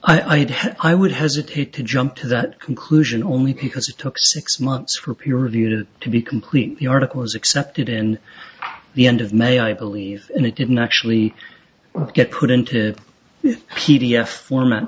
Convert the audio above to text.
had i would hesitate to jump to that conclusion only because it took six months for peer reviewed to be complete the article was accepted in the end of may i believe in it didn't actually get put into p d f format